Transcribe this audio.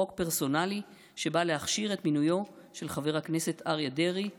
חוק פרסונלי שבא להכשיר את מינויו של חבר הכנסת אריה דרעי לשר.